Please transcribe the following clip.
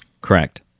Correct